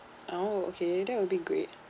oh okay that will be great